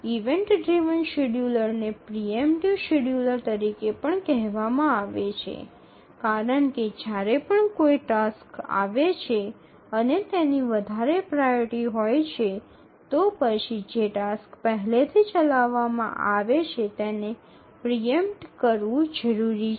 event driven શેડ્યૂલરને pre emptive scheduler તરીકે પણ કહેવામાં આવે છે કારણ કે જ્યારે પણ કોઈ ટાસ્ક આવે છે અને તેની વધારે પ્રાઓરિટી હોય છે તો પછી જે ટાસ્ક પહેલેથી ચલાવવામાં આવે છે તેને પ્રિ ઇમ્પટેડ કરવું જરૂરી છે